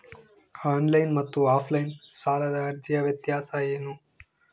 Online ಮತ್ತು offline ಸಾಲದ ಅರ್ಜಿಯ ವ್ಯತ್ಯಾಸ ಏನು?